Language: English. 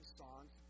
songs